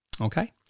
Okay